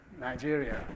Nigeria